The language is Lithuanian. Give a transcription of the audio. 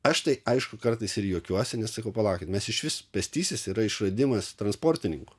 aš tai aišku kartais ir juokiuosi nes sakau palaukit nes išvis pėstysis yra išradimas transportininkų